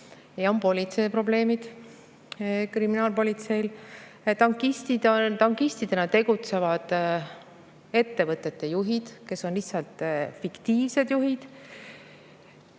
ja on politseil probleemid, kriminaalpolitseil. Tankistidena tegutsevad ettevõtete juhid, kes on lihtsalt fiktiivsed juhid.